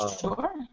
sure